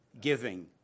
giving